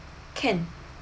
can